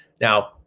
now